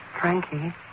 Frankie